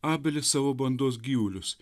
abelis savo bandos gyvulius